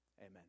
Amen